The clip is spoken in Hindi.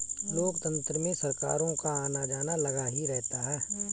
लोकतंत्र में सरकारों का आना जाना लगा ही रहता है